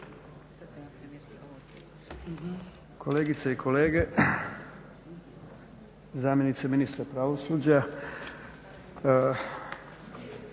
Kolegice i kolege, zamjenice ministra pravosuđa.